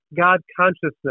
God-consciousness